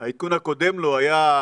העדכון הקודם לו היה,